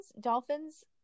Dolphins